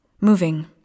moving